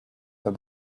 had